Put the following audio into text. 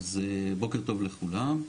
בוקר טוב לכולם,